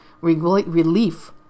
relief